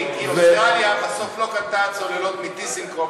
כי אוסטרליה בסוף לא קנתה צוללות מ"טיסנקרופ".